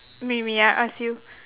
me me I ask you